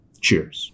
cheers